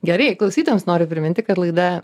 gerai klausytojams noriu priminti kad laida